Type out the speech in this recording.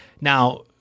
Now –